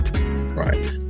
right